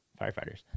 firefighters